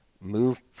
move